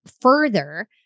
further